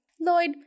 Lloyd